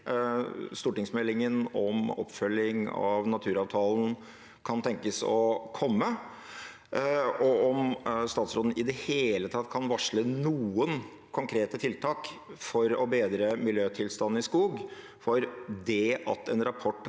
stortingsmeldingen om oppfølging av naturavtalen kan tenkes å komme, og om statsråden i det hele tatt kan varsle noen konkrete tiltak for å bedre miljøtilstanden i skog. Det at en rapport